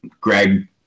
Greg